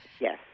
Yes